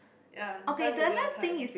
ya it's done it real time